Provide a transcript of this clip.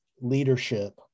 leadership